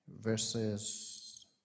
verses